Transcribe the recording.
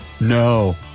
no